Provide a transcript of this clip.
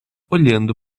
olhando